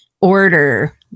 order